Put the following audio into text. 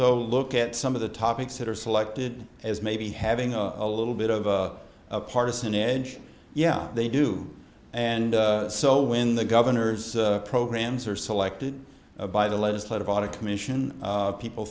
though look at some of the topics that are selected as maybe having a little bit of a partisan edge yeah they do and so when the governor's programs are selected by the legislative audit commission people